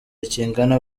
kingana